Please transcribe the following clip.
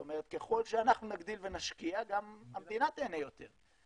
זאת אומרת ככל שאנחנו נגדיל ונשקיע גם המדינה תיהנה יותר.